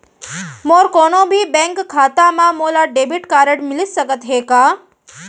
मोर कोनो भी बैंक खाता मा मोला डेबिट कारड मिलिस सकत हे का?